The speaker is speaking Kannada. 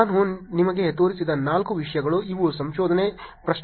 ನಾನು ನಿಮಗೆ ತೋರಿಸಿದ ನಾಲ್ಕು ವಿಷಯಗಳು ಇವು ಸಂಶೋಧನೆ ಪ್ರಶ್ನೆಗಳನ್ನು ಈ ಉಪನ್ಯಾಸವನ್ನು ಪ್ರಾರಂಭಿಸಬಹುದು